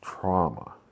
trauma